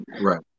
Right